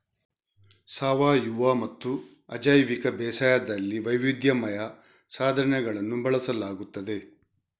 ಸಾವಯವಮತ್ತು ಅಜೈವಿಕ ಬೇಸಾಯದಲ್ಲಿ ವೈವಿಧ್ಯಮಯ ಸಾಧನಗಳನ್ನು ಬಳಸಲಾಗುತ್ತದೆ